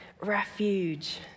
refuge